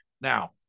now